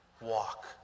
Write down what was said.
walk